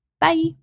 Bye